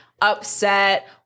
upset